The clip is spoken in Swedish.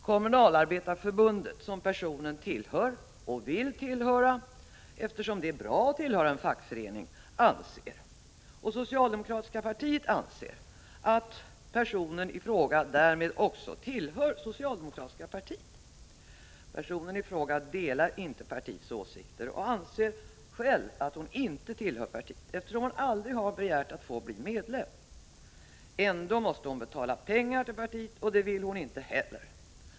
Kommunalarbetareförbundet, som personen i fråga tillhör och vill tillhöra eftersom det är bra att tillhöra en fackförening, anser och socialdemokratiska partiet anser att personen i fråga därmed också tillhör socialdemokratiska partiet. Personen i fråga delar inte partiets åsikter och anser själv att hon inte tillhör partiet, eftersom hon aldrig har begärt att få bli medlem. Ändå måste hon betala pengar till partiet, och det vill hon inte heller.